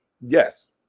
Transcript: Yes